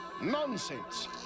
Nonsense